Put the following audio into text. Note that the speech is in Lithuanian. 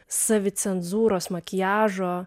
savicenzūros makiažo